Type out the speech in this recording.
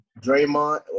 Draymond